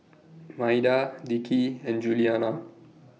Maida Dickie and Juliana